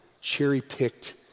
cherry-picked